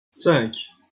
cinq